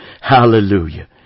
Hallelujah